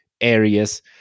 areas